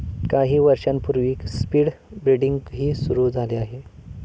काही वर्षांपूर्वी स्पीड ब्रीडिंगही सुरू झाले आहे